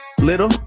little